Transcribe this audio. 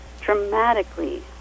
dramatically